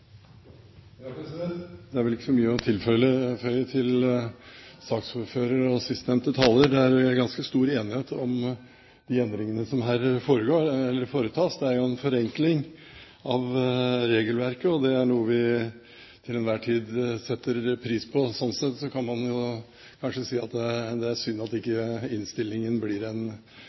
Det er ganske stor enighet om de endringer som her foretas. Det er jo en forenkling av regelverket, og det er noe vi til enhver tid setter pris på. Sånn sett kan man kanskje si at det er synd at ikke innstillingen blir en kioskvelter. Det kan den